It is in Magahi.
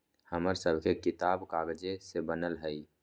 हमर सभके किताब कागजे से बनल हइ